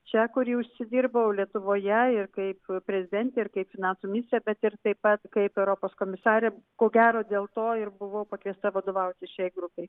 čia kurį užsidirbau lietuvoje ir kaip prezidentė ir kaip finansų ministrė bet ir taip pat kaip europos komisarė ko gero dėl to ir buvau pakviesta vadovauti šiai grupei